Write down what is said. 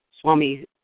Swami